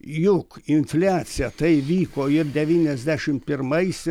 juk infliacija tai vyko ir devyniasdešimt pirmais